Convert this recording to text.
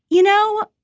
you know,